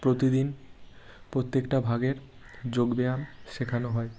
প্রতিদিন প্রত্যেকটা ভাগের যোগব্যায়াম শেখানো হয়